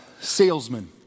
salesman